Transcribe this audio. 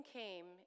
came